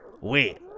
Wait